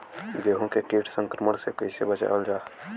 गेहूँ के कीट संक्रमण से कइसे बचावल जा?